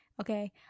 okay